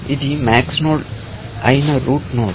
ఇది MAX node అయిన root node